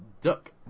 duck